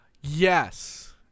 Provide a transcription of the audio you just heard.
yes